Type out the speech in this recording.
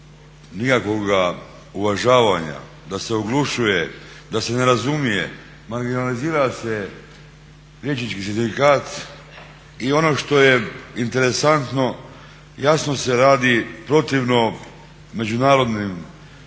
nikakvog uvažavanja, da se oglušuje, da se ne razumije, marginalizira se Liječnički sindikat i ono što je interesantno, jasno se radi protivno međunarodnom